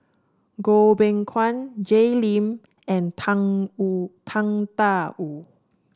Goh Beng Kwan Jay Lim and Tang Wu Tang Da Wu